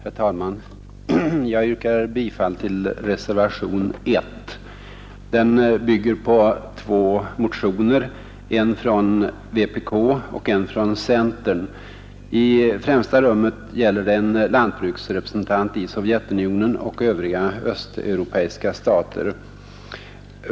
Herr talman! Jag yrkar bifall till reservationen 1. Den bygger på två motioner, en från vpk och en från centern. I främsta rummet går reservationen ut på att Sverige skall få en lantbruksrepresentant i Sovjetunionen och övriga östeuropeiska stater.